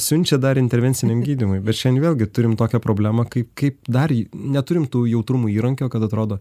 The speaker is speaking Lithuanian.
siunčia dar intervenciniam gydymui bet šiandien vėlgi turim tokią problemą kaip kai dar neturim tų jautrumų įrankio kad atrodo